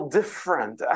different